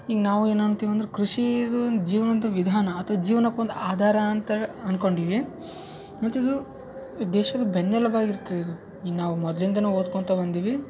ಈಗ ನಾವು ಏನು ಅಂತೀವಂದ್ರೆ ಕೃಷಿದು ಜೀವನದ ವಿಧಾನ ಅಥ್ವಾ ಜೀವ್ನಕ್ಕೊಂದು ಆಧಾರ ಅಂತ ಅನ್ಕೊಂಡೀವಿ ಮತ್ತು ಇದು ದೇಶದ ಬೆನ್ನೆಲುಬು ಆಗಿರ್ತದೆ ಇದು ಈ ನಾವು ಮೊದಲಿಂದಲೂ ಓದ್ಕೊತಾ ಬಂದೀವಿ